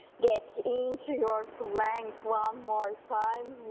get into your plank one more time